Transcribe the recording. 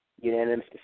unanimous